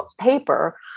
paper